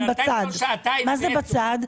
מה זה בצד?